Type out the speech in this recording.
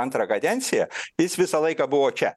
antrą kadenciją jis visą laiką buvo čia